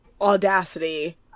audacity